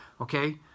okay